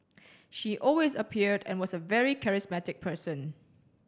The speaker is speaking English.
she always appeared and was a very charismatic person